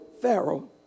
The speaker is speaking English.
Pharaoh